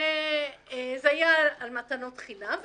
זה היה על מתנות חינם,